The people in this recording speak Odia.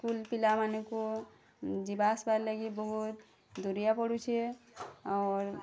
ସ୍କୁଲ୍ ପିଲାମାନଙ୍କୁ ଯିବା ଆସିବାର୍ ଲାଗି ବହୁତ୍ ଦୂରିଆ ପଡ଼ୁଛେ ଅର୍